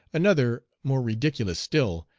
another, more ridiculous still,